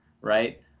Right